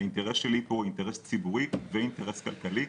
האינטרס שלי פה הוא אינטרס ציבורי ואינטרס כלכלי,